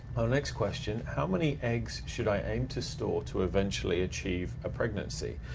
our next question, how many eggs should i aim to store to eventually achieve a pregnancy?